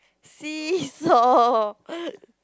see-saw